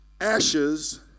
ashes